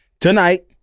tonight